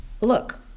look